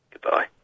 Goodbye